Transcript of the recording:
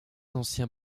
anciens